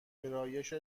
گرایش